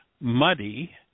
muddy